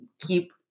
keep